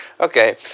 Okay